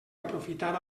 aprofitar